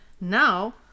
Now